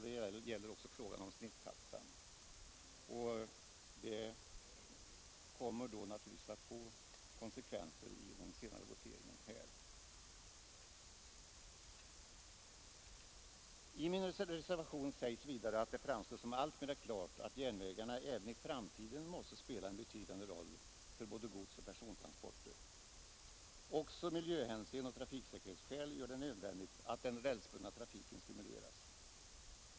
Det gäller också frågan om snittaxan. Detta kommer naturligtvis att få konsekvenser i voteringen här. I min reservation sägs vidare att det framstår som alltmera klart att järnvägarna även i framtiden måste spela en betydande roll för både godsoch persontransporter. Också miljöhänsyn och trafiksäkerhetsskäl gör det nödvändigt att den rälsbundna trafiken stimuleras.